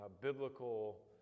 biblical